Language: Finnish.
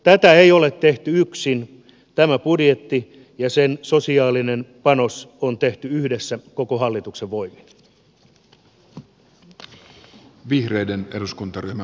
tätä ei ole tehty yksin tämä budjetti ja sen sosiaalinen panos on tehty yhdessä koko hallituksen voimin